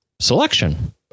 selection